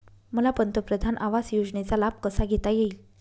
मला पंतप्रधान आवास योजनेचा लाभ कसा घेता येईल?